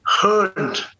heard